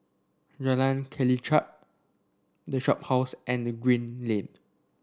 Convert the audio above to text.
Jalan Kelichap The Shophouse and the Green Lane